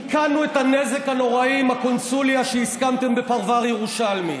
תיקנו את הנזק הנוראי עם הקונסוליה שהסכמתם בפרבר ירושלמי.